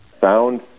found